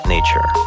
Nature